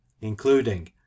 including